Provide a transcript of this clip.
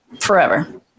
forever